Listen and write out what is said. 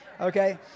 Okay